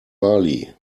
mali